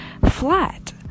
flat